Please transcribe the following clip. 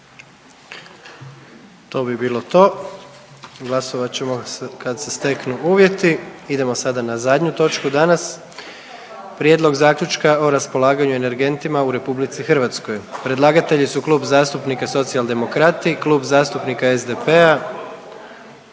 **Jandroković, Gordan (HDZ)** Idemo sada na zadnju točku danas: - Prijedlog Zaključka o raspolaganju energentima u Republici Hrvatskoj; Predlagatelji su Klub zastupnika Socijaldemokrati, Klub zastupnika SDP-a,